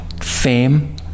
fame